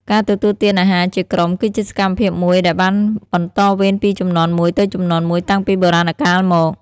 ការទទួលទានអាហារជាក្រុមគឺជាសកម្មភាពមួយដែលបានបន្តវេនពីជំនាន់មួយទៅជំនាន់មួយតាំងពីបុរាណកាលមក។